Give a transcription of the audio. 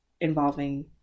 involving –